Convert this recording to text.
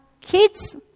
kids